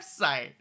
website